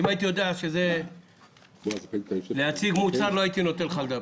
אם הייתי יודע שהכוונה היא להציג מוצר לא הייתי נותן לך לדבר.